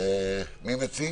מי מציג?